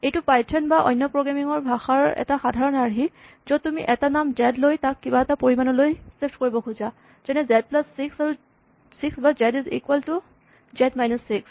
এইটো পাইথন বা অন্য প্ৰগ্ৰেমিং ৰ ভাষাৰ এটা সাধাৰণ আৰ্হি য'ত তুমি এটা নাম জেড লৈ তাক কিবা এটা পৰিমাণ লৈ ছিফ্ট কৰিব খোজা যেনে জেড প্লাচ ছিক্স বা Z is equal to Z minus six